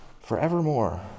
Forevermore